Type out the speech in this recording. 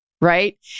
Right